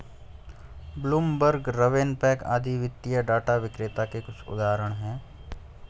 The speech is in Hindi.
ब्लूमबर्ग, रवेनपैक आदि वित्तीय डाटा विक्रेता के कुछ उदाहरण हैं